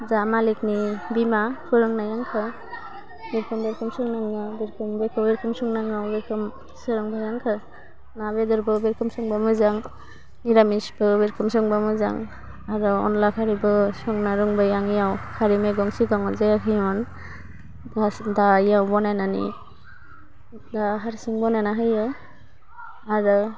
जा मालिकनि बिमा फोरोंनाय आंखौ बेखौ बेखौ संनांगौ बेखौ बेखौ संनांगौ बेखौ सोलोंबाय आंखौ ना बेदरबो बेखौ सोलोंबाय मोजां मिरामिसबो बेखौ सोलोंबाय मोजां आरो अनला खारैबो संनो रोंबाय आं बेयाव खारै मैगं सिगाङाव जायाखैमोन दा बेयाव बानायनानै दा हारसिं बानायनो होयो आरो